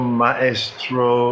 maestro